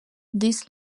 this